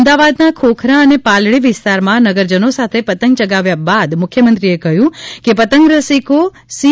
અમદાવાદના ખોખરા અને પાલડી વિસ્તારમાં નગરજનો સાથે પતંગ ચગાવ્યા બાદ મુખ્યમંત્રીશ્રીએ કહ્યું કે પતંગરસિકો સી